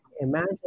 Imagine